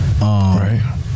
Right